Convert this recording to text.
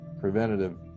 preventative